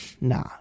Nah